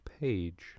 Page